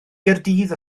gaerdydd